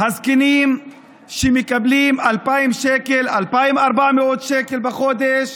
הזקנים שמקבלים 2,000 2,400 שקל בחודש